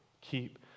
Keep